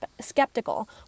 skeptical